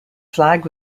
flag